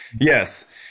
yes